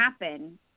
happen